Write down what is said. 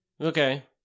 Okay